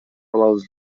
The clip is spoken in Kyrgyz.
алабыз